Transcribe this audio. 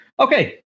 Okay